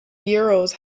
bureaus